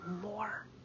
more